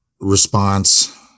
response